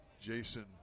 Jason